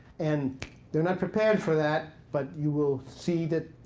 and they're not prepared for that. but you will see that,